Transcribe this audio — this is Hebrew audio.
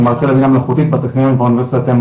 אני מרצה לבינה מלאכותית בטכניון ובאוניברסיטת MIT